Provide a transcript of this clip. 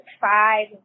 five